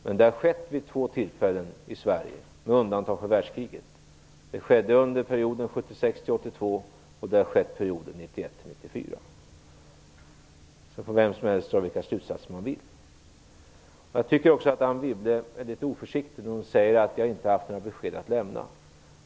Men det har skett vid två tillfällen i Sverige, med undantag för perioden under världskriget; det skedde under perioden 1976-1982, och det har skett under perioden 1991-1994. Sedan får vem som helst dra vilka slutsatser han eller hon vill. Jag tycker också att Anne Wibble är litet oförsiktig när hon säger att jag inte har haft några besked att lämna.